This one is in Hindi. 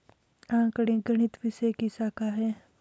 आंकड़े गणित विषय की शाखा हैं